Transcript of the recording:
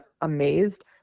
amazed